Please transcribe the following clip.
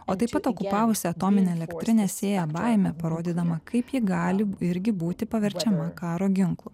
o taip pat okupavusi atominę elektrinę sėja baimę parodydama kaip ji gali irgi būti paverčiama karo ginklu